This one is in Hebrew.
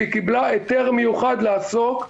שהיא קיבלה היתר מיוחד לעסוק בזה,